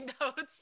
notes